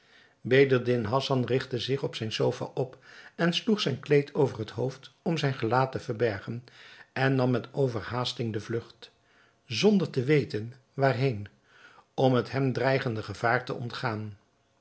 bedreddin hassan rigtte zich van zijne sofa op en sloeg zijn kleed over het hoofd om zijn gelaat te verbergen en nam met overhaasting de vlugt zonder te weten waar heen om het hem dreigende gevaar te ontgaan